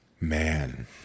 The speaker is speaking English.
Man